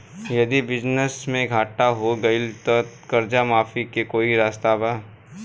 यदि बिजनेस मे घाटा हो गएल त कर्जा माफी के कोई रास्ता बा?